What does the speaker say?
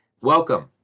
Welcome